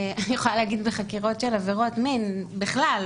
אני יכולה להגיד בחקירות של עבירות מין בכלל,